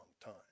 time